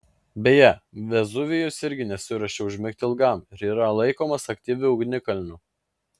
beje vezuvijus irgi nesiruošia užmigti ilgam ir yra laikomas aktyviu ugnikalniu